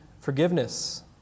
forgiveness